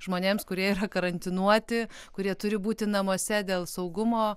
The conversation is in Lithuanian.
žmonėms kurie yra karantinuoti kurie turi būti namuose dėl saugumo